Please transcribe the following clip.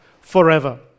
forever